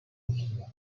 bekliyor